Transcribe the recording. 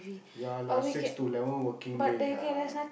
ya lah six to eleven working days ah